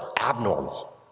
abnormal